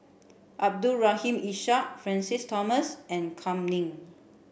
Abdul Rahim Ishak Francis Thomas and Kam Ning